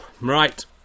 Right